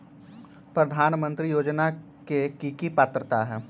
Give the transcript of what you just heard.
प्रधानमंत्री योजना के की की पात्रता है?